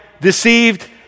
deceived